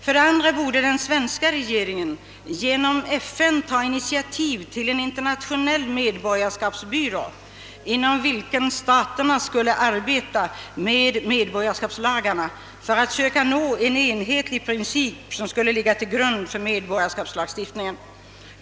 För det andra borde den svenska regeringen genom FN ta initiativet till en internationell medborgarskapsbyrå, inom vilken staterna skulle arbeta med medborgarskapslagarna för att söka nå en enhetlig princip som skulle ligga till grund för medborgarskapslagstiftning.